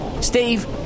Steve